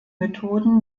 methoden